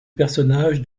personnage